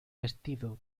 vestido